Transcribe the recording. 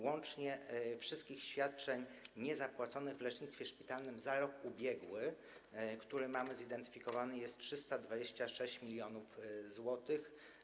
Łącznie wszystkie świadczenia niezapłacone w lecznictwie szpitalnym za rok ubiegły, które mamy zidentyfikowane, to jest 326 mln zł.